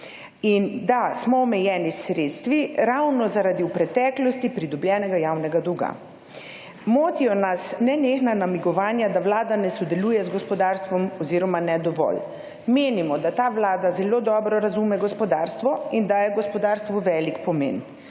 In da smo omejeni s sredstvi ravno zaradi v preteklosti pridobljenega javnega dolga. Motijo nas nenehna namigovanja, da Vlada ne sodeluje z gospodarstvom oziroma ne dovolj. Menimo, da ta Vlada zelo dobro razume gospodarstvo in daje gospodarstvu velik pomen,